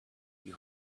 you